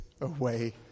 away